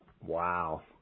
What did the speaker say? Wow